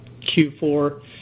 Q4